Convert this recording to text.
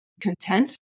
content